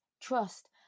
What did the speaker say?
trust